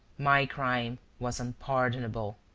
my crime was unpardonable.